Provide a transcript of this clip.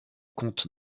comte